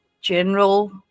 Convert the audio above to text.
general